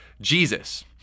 Jesus